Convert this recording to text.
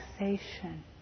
relaxation